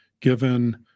given